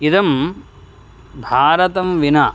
इदं भारतं विना